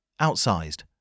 outsized